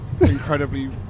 incredibly